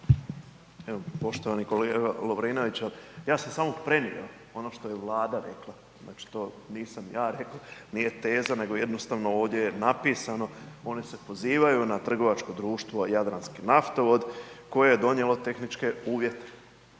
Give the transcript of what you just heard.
Poštovani kolega Lovrinović. Ja sam samo prenio ono što je Vlada rekla. Znači to nisam ja rekao, nije teza nego jednostavno ovdje je napisano, oni se pozivaju na trgovačko društvo Jadranski naftovod, koje je donijelo tehničke uvjete.